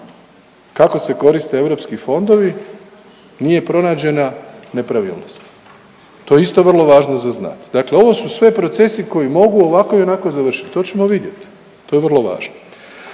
kako se koriste europski fondovi nije pronađena nepravilnost, to je isto vrlo važno za znat. Dakle ovo su sve procesi koji mogu i ovako i onako završit, to ćemo vidjet, to je vrlo važno.